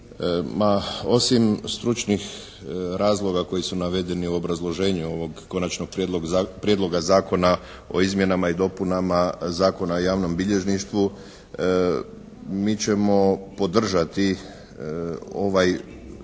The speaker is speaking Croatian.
osim stručnih razloga koji su navedeni u obrazloženju ovog Konačnog prijedloga Zakona o izmjenama i dopunama Zakona o javnom bilježništvu, mi ćemo podržati ovaj konačni